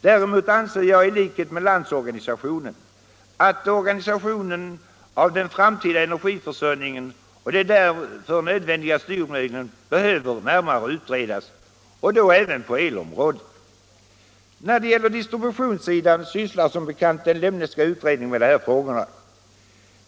Däremot anser jag i likhet med LO att organisationen av den framtida energiförsörjningen och de därför nödvändiga styrmedlen behöver närmare utredas, då även på elområdet. När det gäller distributionssidan sysslar som bekant den Lemneska utredningen med dessa frågor.